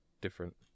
different